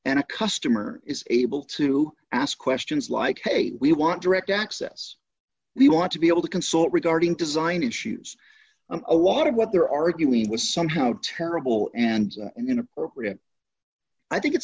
a customer is able to ask questions like hey we want direct access we want to be able to consult regarding design issues and a lot of what they're arguing was somehow terrible and inappropriate i think it's